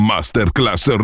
Masterclass